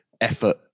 effort